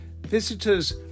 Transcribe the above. Visitors